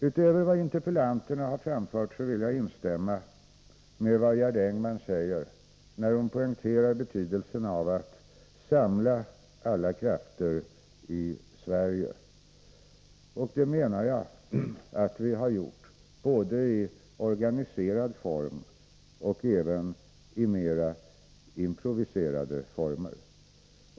Utöver vad interpellanterna har framfört vill jag instämma i vad Gerd Engman säger när hon poängterar betydelsen av att samla alla krafter i Sverige. Och det menar jag att vi har gjort både i organiserad form och i mera improviserade former.